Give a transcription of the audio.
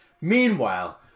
Meanwhile